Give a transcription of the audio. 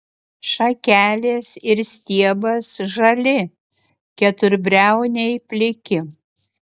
šakelės ir stiebas žali keturbriauniai pliki